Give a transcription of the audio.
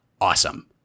awesome